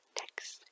next